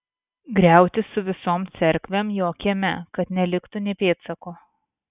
griauti su visom cerkvėm jo kieme kad neliktų nė pėdsako